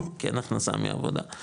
כי אין הכנסה מעבודה,